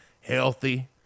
Healthy